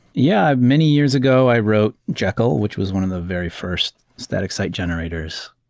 yeah, many years ago i wrote jekyll, which was one of the very first static site generators,